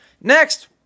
Next